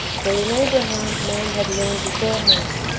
for in abraham man had learned beforehand,